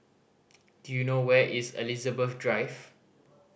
do you know where is Elizabeth Drive